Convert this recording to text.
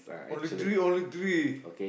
only three only three